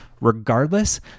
regardless